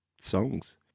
songs